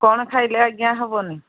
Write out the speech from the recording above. କ'ଣ ଖାଇଲେ ଆଜ୍ଞା ହବନି